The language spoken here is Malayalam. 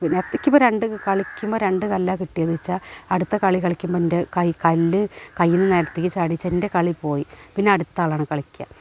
നേത്തിക്കിപ്പം രണ്ട് കളിക്കുമ്പം രണ്ടു കല്ലാണ് കിട്ടിയേന്നുവെച്ചാൽ അടുത്ത കളി കളിക്കുമ്പെൻ്റെ കൈ കല്ലു കൈയിൽ നിന്നു നിലത്തേക്കു ചാടീണ്ടെൻ്റെ കളി പോയി പിന്നടുത്താളാണ് കളിക്കുക